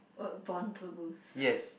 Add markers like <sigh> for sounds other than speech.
<noise> born to lose <breath>